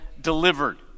delivered